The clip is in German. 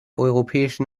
europäischen